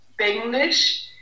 English